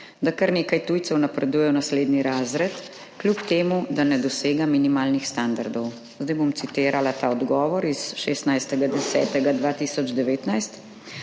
da kar nekaj tujcev napreduje v naslednji razred, kljub temu da ne dosega minimalnih standardov. Zdaj bom citirala ta odgovor iz 16. 10. 2019.